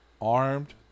Armed